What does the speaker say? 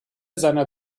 seiner